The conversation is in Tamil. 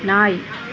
நாய்